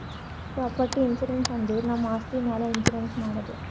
property insurance ಅಂದುರ್ ನಮ್ ಆಸ್ತಿ ಮ್ಯಾಲ್ ಇನ್ಸೂರೆನ್ಸ್ ಮಾಡದು